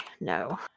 no